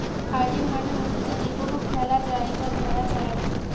herding মানে হতিছে যে কোনো খ্যালা জায়গায় ভেড়া চরানো